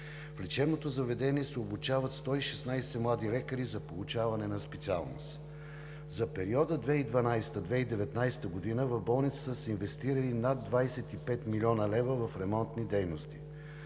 В лечебното заведение се обучават 116 млади лекари за получаване на специалност. За периода 2012 – 2019 г. в болницата са инвестирани над 25 млн. лв. в ремонтни дейности.